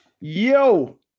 Yo